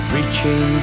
Reaching